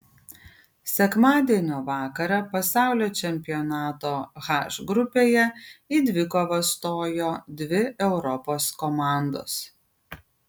sekmadienio vakarą pasaulio čempionato h grupėje į dvikovą stojo dvi europos komandos